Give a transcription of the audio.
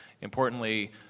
importantly